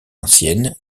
ancienne